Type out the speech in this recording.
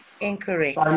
Incorrect